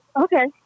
Okay